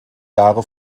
jahre